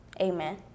Amen